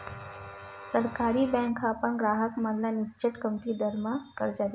सहकारी बेंक ह अपन गराहक मन ल निच्चट कमती दर म करजा देथे